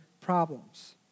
problems